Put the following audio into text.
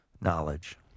knowledge